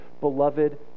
beloved